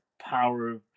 power